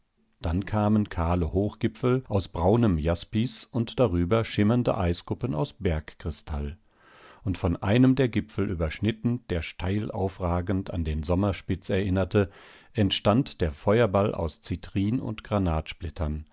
dann kamen kahle hochgipfel aus braunem jaspis und darüber schimmernde eiskuppen aus bergkristall und von einem der gipfel überschnitten der steilaufragend an den sommerspitz erinnerte entstand der feuerball aus zitrin und